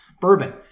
bourbon